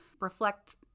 reflect